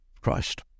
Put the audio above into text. Christ